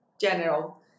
general